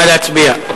נא להצביע.